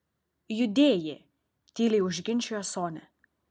judėjė tyliai užginčijo sonia